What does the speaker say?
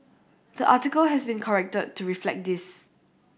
the article has been corrected to reflect this